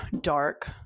dark